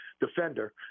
defender